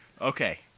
Okay